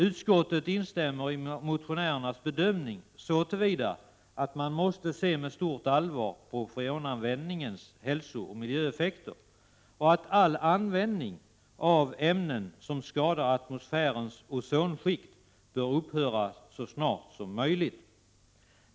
Utskottet instämmer i motionärernas bedömning, så till vida att freonanvändningens hälsooch miljöeffekter måste tas på stort allvar och att all användning av ämnen som skadar atmosfärens ozonskikt bör upphöra så snart som möjligt.